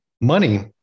Money